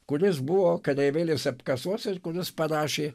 kuris buvo kareivėlis apkasuose ir kuris parašė